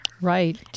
Right